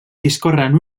discorren